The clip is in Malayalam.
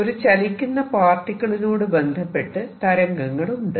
ഒരു ചലിക്കുന്ന പാർട്ടിക്കിളിനോട് ബന്ധപ്പെട്ട് തരംഗങ്ങളുണ്ട്